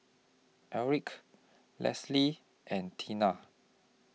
Erick Lesley and Tina